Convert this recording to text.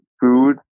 food